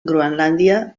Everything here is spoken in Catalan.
groenlàndia